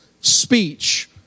speech